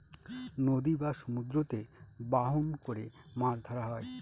নদী বা সমুদ্রতে বাহন করে মাছ ধরা হয়